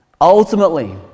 ultimately